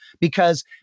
because-